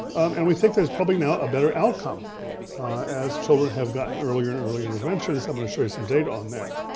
and we think there is probably now a better outcome as children have gotten earlier and earlier interventions. i'm gonna show you some data on that.